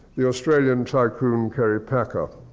the australian tycoon, kerry packer.